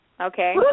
Okay